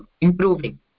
improving